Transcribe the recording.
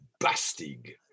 Bastig